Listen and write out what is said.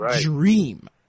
dream